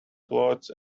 clothes